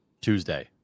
Tuesday